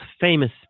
famous